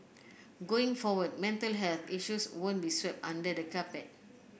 going forward mental health issues won't be swept under the carpet